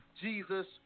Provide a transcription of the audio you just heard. Jesus